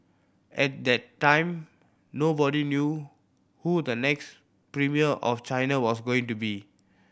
at that time nobody knew who the next premier of China was going to be